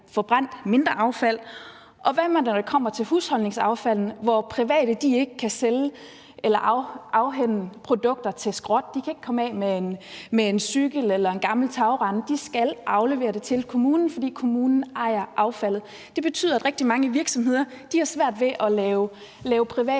forbrændt mindre affald? Og hvad med, når det kommer til husholdningsaffald, hvor private ikke kan sælge eller afhænde produkter til skrot? De kan ikke komme af med en cykel eller en gammel tagrende – de skal aflevere det til kommunen, fordi kommunen ejer affaldet. Det betyder, at rigtig mange virksomheder har svært ved at lave private